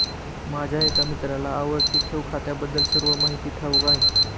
माझ्या एका मित्राला आवर्ती ठेव खात्याबद्दल सर्व माहिती ठाऊक आहे